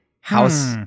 house